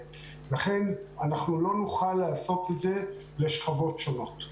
לכן, אנחנו לא נוכל לעשות את זה לשכבות שונות.